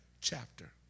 Chapter